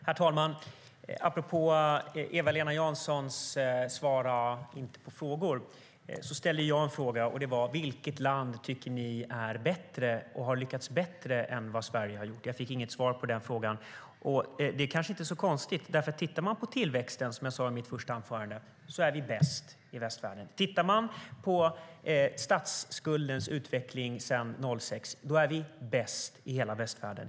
Herr talman! Apropå Eva-Lena Janssons uttalande om att vi inte svarar på frågor. Jag ställde en fråga: Vilket land tycker ni har lyckats bättre än Sverige? Jag fick inget svar på den frågan. Det är kanske inte så konstigt. I mitt första anförande sade jag att Sverige är bäst i västvärlden i fråga om tillväxt. I fråga om statsskuldens utveckling sedan 2006 är Sverige bäst i hela västvärlden.